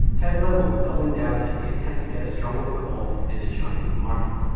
tesla will be doubling down as they attempt to get a stronger foothold in the chinese market.